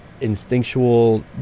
instinctual